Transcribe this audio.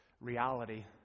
reality